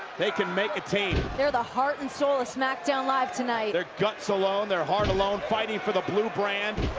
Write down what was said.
they can make a team. here the heart and soul of smackdown live tonight. their guts alone, their heart alone fighting for the blue brand.